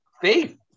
faith